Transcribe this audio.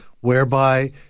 whereby